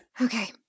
Okay